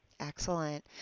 Excellent